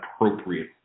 appropriate